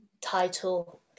title